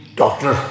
doctor